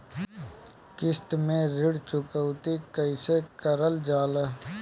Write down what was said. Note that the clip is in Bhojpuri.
किश्त में ऋण चुकौती कईसे करल जाला?